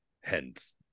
Hence